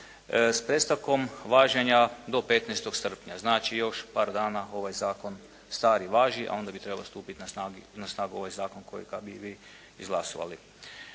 s prestankom važenja do 15. srpnja. Znači još par dana ovaj zakon stari važi a onda bi trebao stupiti na snagu ovaj zakon kojega bi vi izglasovali.